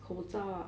口罩 ah